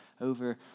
over